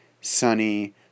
sunny